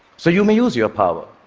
so you may use your power